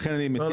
ולכן אני מציע,